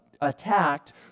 attacked